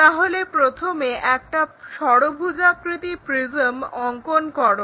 তাহলে প্রথমে একটা ষড়ভুজাকৃতি প্রিজম অঙ্কন করো